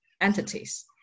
entities